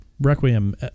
Requiem